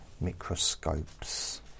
microscopes